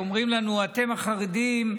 אומרים לנו: אתם, החרדים,